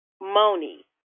Moni